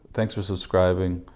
thanks for subscribing